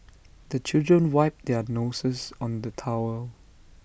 the children wipe their noses on the towel